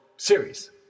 series